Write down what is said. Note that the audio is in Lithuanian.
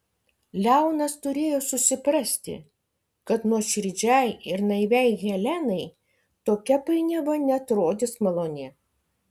leonas turėjo susiprasti kad nuoširdžiai ir naiviai helenai tokia painiava neatrodys maloni